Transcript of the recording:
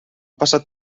passat